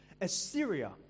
Assyria